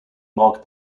marked